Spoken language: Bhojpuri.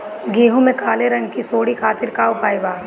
गेहूँ में काले रंग की सूड़ी खातिर का उपाय बा?